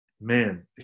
man